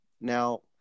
Now